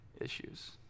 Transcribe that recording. issues